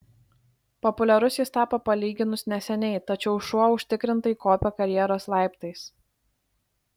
populiarus jis tapo palyginus neseniai tačiau šuo užtikrintai kopia karjeros laiptais